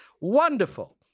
wonderful